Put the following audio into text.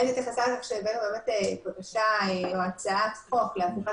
איילת התייחסה לכך --- בקשה או הצעת חוק להפיכת